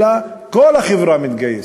אלא כל החברה מתגייסת,